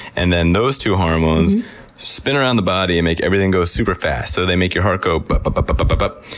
and then those two hormones spin around the body and make everything go superfast. so they make your heart go bup, bup, bup, bup, bup,